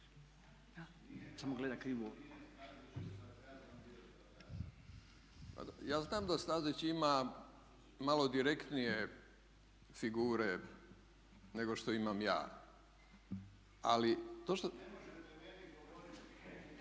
se ne razumije./… Ja znam da Stazić ima malo direktnije figure nego što imam ja ali …